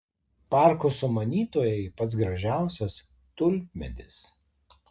parko sumanytojai pats gražiausias tulpmedis